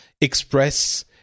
express